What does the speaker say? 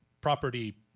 property